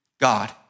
God